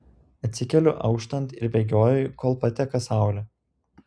atsikeliu auštant ir bėgioju kol pateka saulė